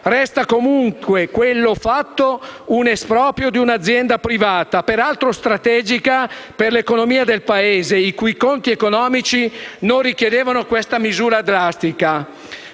resta comunque un esproprio di un'azienda privata, peraltro strategica per l'economia del Paese, i cui conti economici non richiedevano una tale misura drastica.